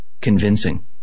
convincing